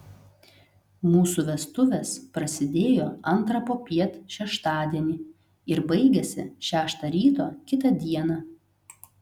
mūsų vestuvės prasidėjo antrą popiet šeštadienį ir baigėsi šeštą ryto kitą dieną